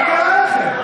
מה קרה לכם?